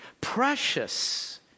Precious